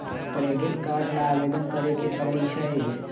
credit card ला आवेदन करे के परई छई